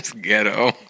Ghetto